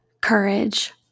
courage